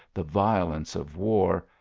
the violence of war,